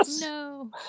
No